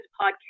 podcast